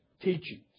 teachings